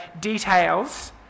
details